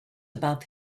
above